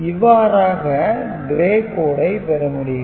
இவ்வாறாக Gray code ஐ பெற முடியும்